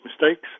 mistakes